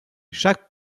chaque